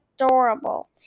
adorable